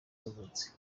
yavutse